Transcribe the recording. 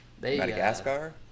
Madagascar